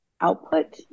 output